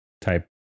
type